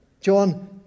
John